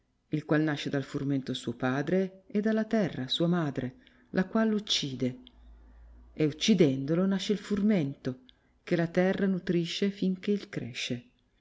il qual nasce dal furmento suo padre e dalla terra sua madre la quale l'uccide e uccidendolo nasce il furmento che la terra nutrisce fin che il cresce